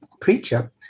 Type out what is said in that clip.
preacher